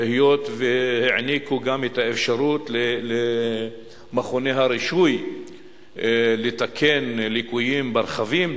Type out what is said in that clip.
היות שהעניקו גם למכוני הרישוי את האפשרות לתקן ליקויים ברכבים,